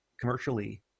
commercially